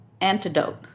antidote